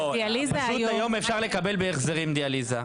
לא, פשוט היום אפשר לקבל בהחזרים דיאליזה.